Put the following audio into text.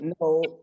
no